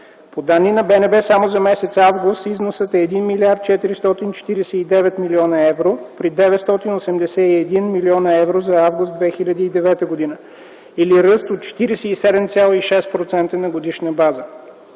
По данни на БНБ само за м. август износът е 1 млрд. 449 млн. евро при 981 млн. евро за август 2009 г. или ръст от 47,6% на годишна база.